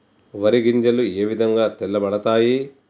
వరి గింజలు ఏ విధంగా తెల్ల పడతాయి?